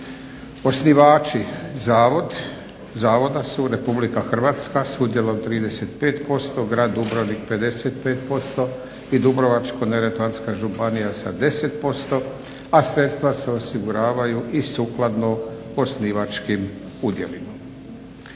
Osnivači Zavoda su Republika Hrvatska s udjelom od 35%, grad Dubrovnik 55% i Dubrovačko-neretvanska županija sa 10% a sredstva se osiguravaju i sukladno osnivačkim udjelima.